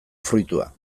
fruitua